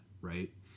right